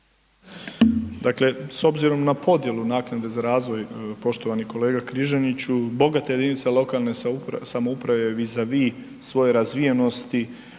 Dakle s obzirom na podjelu naknade za razvoj, poštovani kolega Križaniću, bogate jedinice lokalne samouprave vis a vis svoje razvijenosti